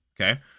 okay